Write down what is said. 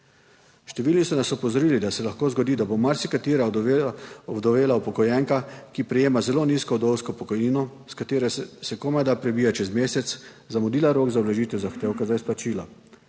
Številni so nas opozorili, da se lahko zgodi, da bo marsikatera ob udovela upokojenka, ki prejema zelo nizko vdovsko pokojnino, s katero se komajda prebije, čez mesec zamudila rok za vložitev zahtevka za izplačilo.